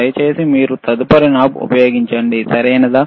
దయ చేసి మీరు తదుపరి నాబ్ ఉపయోగించండి సరియైనదా